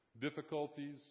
difficulties